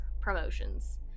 promotions